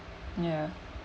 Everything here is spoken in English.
ya